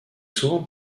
souvent